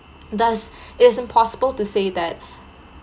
thus it is impossible to say that